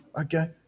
okay